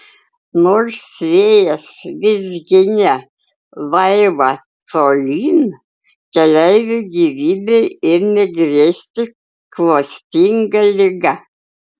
nors vėjas vis ginė laivą tolyn keleivių gyvybei ėmė grėsti klastinga liga